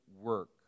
work